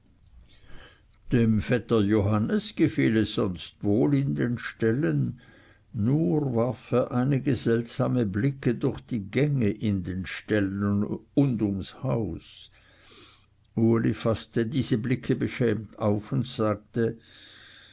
dem vetter johannes gefiel es sonst wohl in den ställen nur warf er einige seltsame blicke durch die gänge in den ställen und ums haus uli faßte diese blicke beschämt auf und sagte